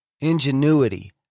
ingenuity